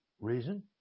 Reason